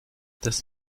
das